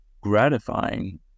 gratifying